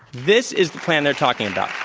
this is the plan they're talking about.